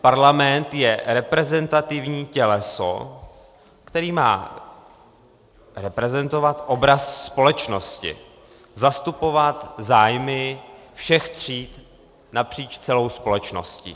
Parlament je reprezentativní těleso, které má reprezentovat obraz společnosti, zastupovat zájmy všech tříd napříč celou společností.